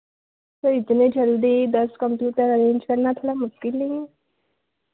sir इतने जल्दी दस कंप्यूटर अरेंज करना थोड़ा मुश्किल नहीं है